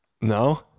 No